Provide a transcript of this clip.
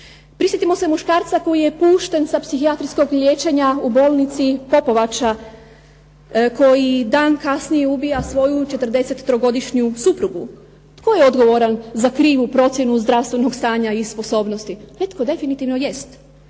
Prisjetimo se muškarca koji je pušten sa psihijatrijskog liječenja u bolnici POpovača, koji dan kasnije ubija svoju 43-godišnju suprugu. Tko je odgovoran za krivu procjenu zdravstvenog stanja i sposobnosti? Netko definitivno jest.